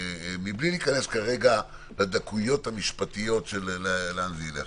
מבלי להיכנס כרגע לדקויות המשפטיות של לאן זה ילך.